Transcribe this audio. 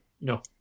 No